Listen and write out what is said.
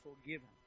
forgiven